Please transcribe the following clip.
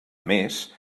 més